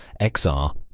XR